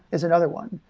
is another one.